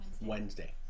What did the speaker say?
Wednesday